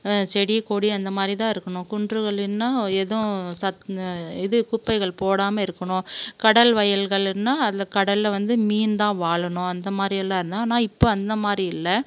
செடி கொடி அந்த மாதிரி தான் இருக்கணும் குன்றுகளுன்னா எதுவும் சத் இது குப்பைகள் போடாமல் இருக்கணும் கடல் வயல்களுன்னா அதில் கடலில் வந்து மீன் தான் வாழணும் அந்த மாதிரி எல்லாம் இருந்தது ஆனால் இப்போ அந்த மாதிரி இல்லை